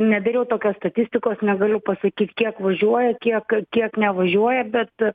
nedariau tokios statistikos negaliu pasakyt kiek važiuoja kiek kiek nevažiuoja bet